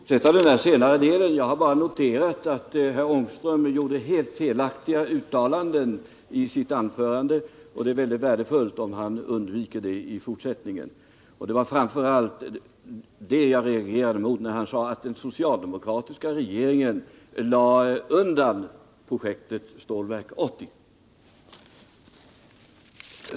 Herr talman! Jag skall inte ta upp den senare delen av herr Ångströms inlägg. Jag har bara konstaterat att herr Ångström gjorde helt felaktiga uttalanden i sitt anförande, och det är värdefullt om han undviker det i fortsättningen. Vad jag framför allt reagerade mot var att han sade att den socialdemokratiska regeringen lade undan projektet Stålverk 80.